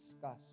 discuss